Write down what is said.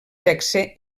sexe